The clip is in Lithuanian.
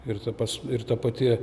ir ta pas ir ta pati